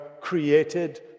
created